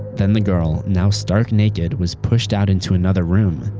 then the girl, now stark naked, was pushed out into another room.